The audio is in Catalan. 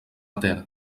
ter